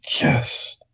Yes